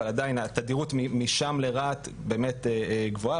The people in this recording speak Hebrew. אבל עדיין התדירות משם לרהט באמת גבוהה.